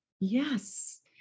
Yes